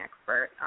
expert